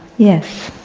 yes.